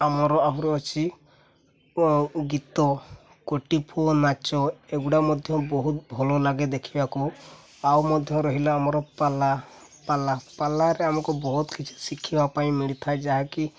ଆମର ଆହୁରି ଅଛି ଗୀତ ଗୋଟିପୁଅ ନାଚ ଏଗୁଡ଼ା ମଧ୍ୟ ବହୁତ ଭଲ ଲାଗେ ଦେଖିବାକୁ ଆଉ ମଧ୍ୟ ରହିଲା ଆମର ପାଲା ପାଲା ପାଲାରେ ଆମକୁ ବହୁତ କିଛି ଶିଖିବା ପାଇଁ ମିଳିଥାଏ ଯାହାକି